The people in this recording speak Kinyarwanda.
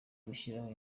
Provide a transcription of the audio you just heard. gushyiraho